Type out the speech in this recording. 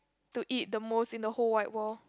to eat the most in the whole wide world